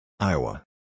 Iowa